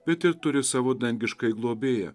bet ir turi savo dangiškąjį globėją